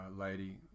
lady